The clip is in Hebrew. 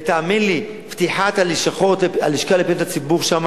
ותאמין לי, פתיחת הלשכה לפניות הציבור שם